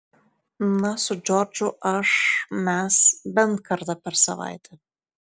na su džordžu aš mes bent kartą per savaitę